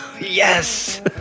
Yes